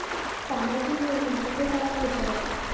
सामाजिक योजना कसे तयार होतत?